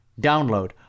Download